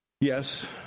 Yes